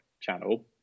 channel